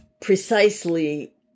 precisely